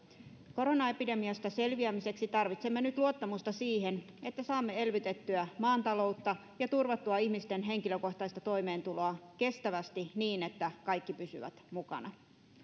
koronaepidemiasta selviämiseksi tarvitsemme nyt luottamusta siihen että saamme elvytettyä maan taloutta ja turvattua ihmisten henkilökohtaista toimeentuloa kestävästi niin että kaikki pysyvät mukana